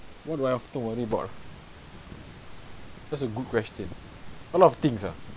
what do I have to worry about ah that's a good question a lot of things ah